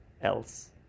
else